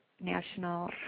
national